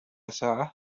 ساعة